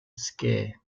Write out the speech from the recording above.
scare